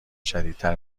شدیدتر